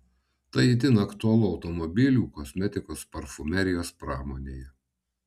tai itin aktualu automobilių kosmetikos parfumerijos pramonėje